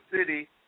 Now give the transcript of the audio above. City